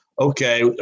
okay